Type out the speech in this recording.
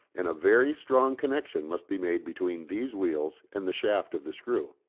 and a very strong connection must be made between these wheels and the shaft of the screw.